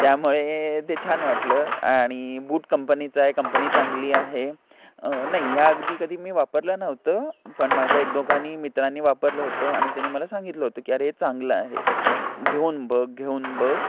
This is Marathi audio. त्यामुळे ते छान वाटलं आणि बूट कंपनीच आहे कंपनी चांगली आहे नाही ह्या अगदी कधी मी वापरलं नव्हतं पण माझ्या एक दोघांनी मित्रांनी वापरलं होतं आणि त्यानी मला सांगितलं होतं की अरे हे चांगलं आहे घेऊन बघ घेऊन बघ